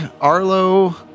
Arlo